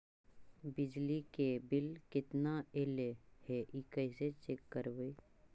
बिजली के बिल केतना ऐले हे इ कैसे चेक करबइ?